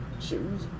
shoes